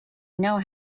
know